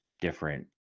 different